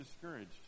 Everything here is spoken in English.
discouraged